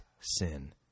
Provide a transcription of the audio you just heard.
sin